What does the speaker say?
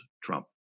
Trump